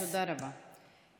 תודה רבה.